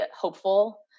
hopeful